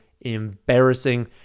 embarrassing